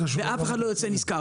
אף אחד לא יוצא נשכר.